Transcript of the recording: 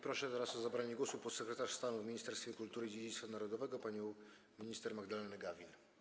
Proszę teraz o zabranie głosu podsekretarz stanu w Ministerstwie Kultury i Dziedzictwa Narodowego panią minister Magdalenę Gawin.